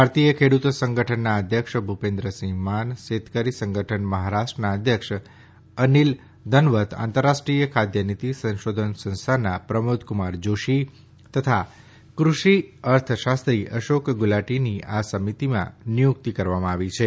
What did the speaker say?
ભારતીય ખેડૂત સંગઠનના અધ્યક્ષ ભૂપેન્દ્રસિંહ માન શેતકરી સંગઠન મહારાષ્ટ્રના અધ્યક્ષ અનિલ ધનવત આંતરરાષ્ટ્રીય ખાદ્યનીતી સંશોધન સંસ્થાના પ્રમોદક્રમાર જોશી તથા કૃષિ અર્થશાસ્ત્રી અશોક ગુલાટીની આ સમિતિમાં નિયુક્તિ કરવામાં આવી છે